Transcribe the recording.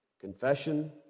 confession